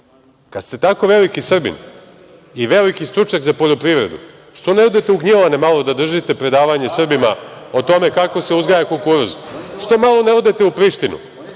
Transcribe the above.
ste tako veliki Srbin i veliki stručnjak za poljoprivredu, zašto ne odete u Gnjilane malo da držite predavanje Srbima o tome kako se uzgaja kukuruz? Zašto malo ne odete u Prištinu?